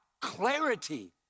clarity